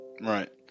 Right